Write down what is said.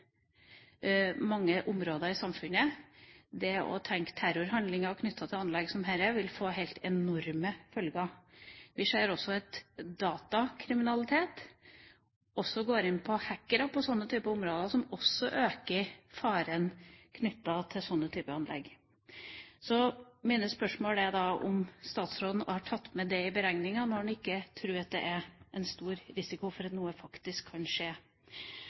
mange områder i samfunnet. Terrorhandlinger knyttet til anlegg som dette vil få helt enorme følger. Vi ser at datakriminalitet også omfatter hackere på sånne typer områder, noe som også øker faren knyttet til sånne anlegg. Så mitt spørsmål er da om statsråden har tatt med det i beregninga når han ikke tror at det er en stor risiko for at noe faktisk kan skje.